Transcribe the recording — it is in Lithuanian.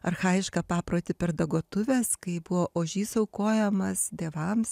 archajišką paprotį per dagotuves kai buvo ožys aukojamas dievams